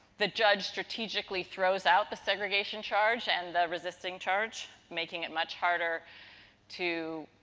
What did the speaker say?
the judge strategically throws out the segregation charge and the resisting charge, making it much harder to,